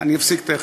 אני אפסיק תכף,